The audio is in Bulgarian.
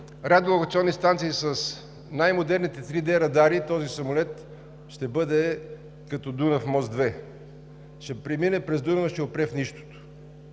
радиолокационни станции с най-модерните 3D радари, този самолет ще бъде като Дунав мост 2 – ще премине през Дунав и ще опре в нищото.